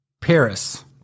Paris